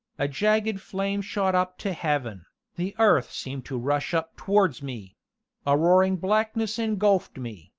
a jagged flame shot up to heaven the earth seemed to rush up towards me a roaring blackness engulfed me,